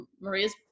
Maria's